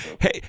Hey